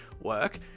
work